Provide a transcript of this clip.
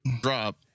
drop